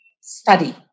study